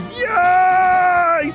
yay